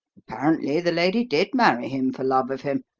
apparently the lady did marry him for love of him,